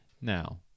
now